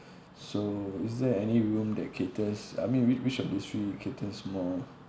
so is there any room that caters I mean w~ which of these room caters more